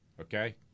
okay